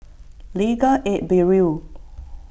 Legal Aid Bureau